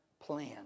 plan